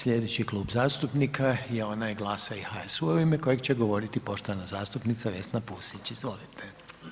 Sljedeći Klub zastupnika je onaj GLAS-a i HSU-a u ime kojeg će govoriti poštovana zastupnica Vesna Pusić, izvolite.